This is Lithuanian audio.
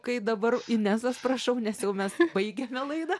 kai dabar inesos prašau nes jau mes baigiame laidą